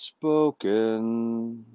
spoken